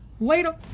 Later